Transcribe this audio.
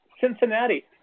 Cincinnati